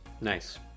nice